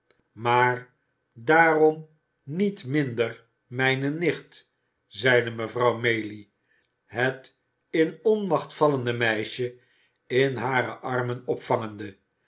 maar daarom niet minder mijne nicht zeide mevrouw maylie het in onmacht vallende meisje in hare armen opvangende